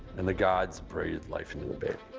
and the gods breathed life into the baby.